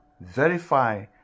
verify